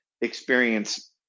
experience